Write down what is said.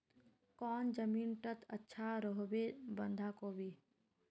कौन जमीन टत अच्छा रोहबे बंधाकोबी?